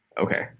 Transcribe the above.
Okay